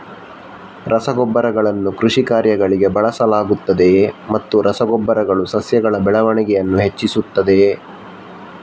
ರಸಗೊಬ್ಬರಗಳನ್ನು ಕೃಷಿ ಕಾರ್ಯಗಳಿಗೆ ಬಳಸಲಾಗುತ್ತದೆಯೇ ಮತ್ತು ರಸ ಗೊಬ್ಬರಗಳು ಸಸ್ಯಗಳ ಬೆಳವಣಿಗೆಯನ್ನು ಹೆಚ್ಚಿಸುತ್ತದೆಯೇ?